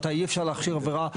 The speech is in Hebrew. מתי אי אפשר להכשיר עבירה.